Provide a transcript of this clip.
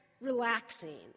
relaxing